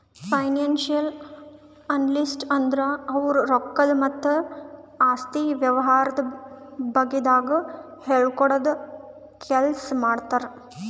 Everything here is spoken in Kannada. ಫೈನಾನ್ಸಿಯಲ್ ಅನಲಿಸ್ಟ್ ಅಂದ್ರ ಇವ್ರು ರೊಕ್ಕದ್ ಮತ್ತ್ ಆಸ್ತಿ ವ್ಯವಹಾರದ ಬಗ್ಗೆದಾಗ್ ಹೇಳ್ಕೊಡದ್ ಕೆಲ್ಸ್ ಮಾಡ್ತರ್